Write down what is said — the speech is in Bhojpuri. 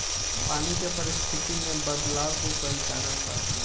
पानी के परिस्थिति में बदलाव के कई कारण बा